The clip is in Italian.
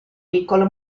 piccolo